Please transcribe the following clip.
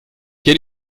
quel